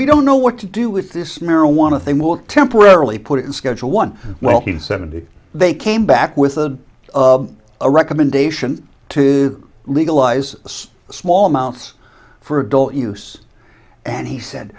e don't know what to do with this marijuana thing will temporarily put it in schedule one wealthy seventy they came back with a recommendation to legalize small amounts for adult use and he said